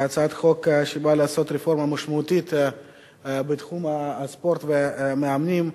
הצעת חוק שבאה לעשות רפורמה משמעותית בתחום הספורט והמאמנים.